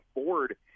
afford